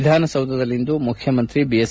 ವಿಧಾನಸೌಧದಲ್ಲಿಂದು ಮುಖ್ಯಮಂತ್ರಿ ಬಿಎಸ್